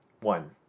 One